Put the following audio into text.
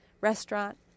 restaurant